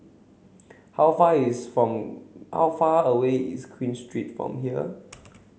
how far away is Queen Street from here